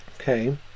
Okay